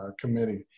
Committee